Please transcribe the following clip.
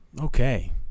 okay